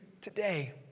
today